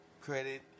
credit